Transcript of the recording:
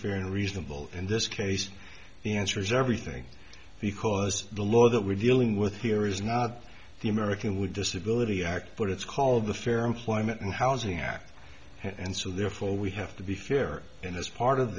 fair and reasonable in this case the answer is everything because the law that we're dealing with here is not the american with disability act but it's called the fair employment and housing act and so therefore we have to be fair in this part of